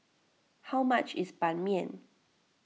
how much is Ban Mian